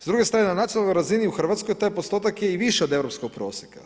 S druge strane, na nacionalnoj razini u Hrvatskoj taj postotak je i više od europskog prosjeka.